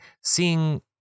seeing